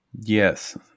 Yes